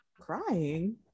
Crying